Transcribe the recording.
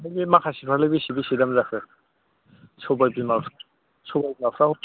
आमफ्राय बे माखासेफ्रालाय बेसे बेसे दाम जाखो सबाइ बिमाफ्रा